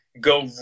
go